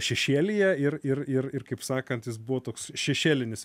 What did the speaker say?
šešėlyje ir ir ir ir kaip sakant jis buvo toks šešėlinis